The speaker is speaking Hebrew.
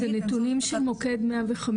את הנתונים של מוקד 105,